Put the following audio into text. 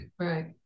Right